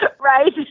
Right